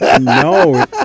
No